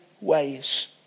ways